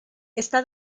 está